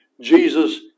Jesus